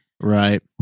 Right